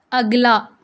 اگلا